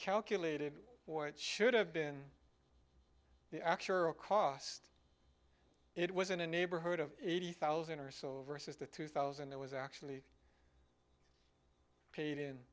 calculated or it should have been the actual cost it was in a neighborhood of eighty thousand or so versus the two thousand that was actually paid